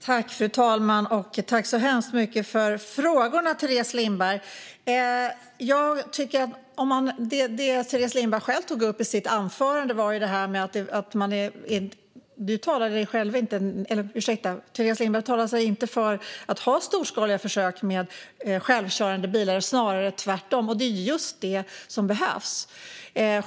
Fru talman! Tack så hemskt mycket för frågorna, Teres Lindberg! Teres Lindberg talade inte för att man skulle ha storskaliga försök med självkörande bilar, snarare tvärtom. Det är just sådana försök som behövs.